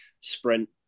Sprint